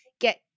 get